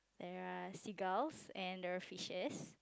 there are seagulls and the fishers